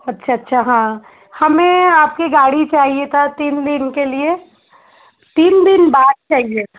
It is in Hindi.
अच्छ अच्छा हाँ हमें आपकी गाड़ी चाहिए था तीन दिन के लिए तीन दिन बाद चाहिए